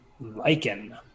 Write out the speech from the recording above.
Lichen